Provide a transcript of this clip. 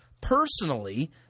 personally